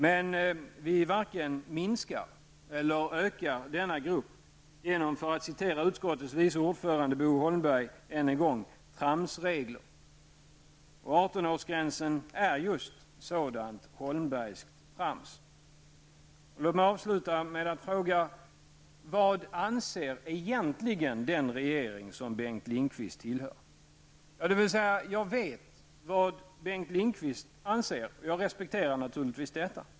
Men vi varken minskar eller ökar denna grupp genom -- för att citera utskottets vice ordförande Bo Holmberg -- ''tramsregler''. Och 18-årsgränsen är just sådant Holmbergst ''trams''. Låt mig avsluta med att fråga vad den regering som Bengt Lindqvist tillhör egentligen anser. Jag vet vad Bengt Lindqvist anser, och jag respekterar naturligtvis hans åsikt.